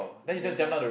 where sia